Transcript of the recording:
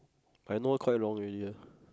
I know her quite long already ah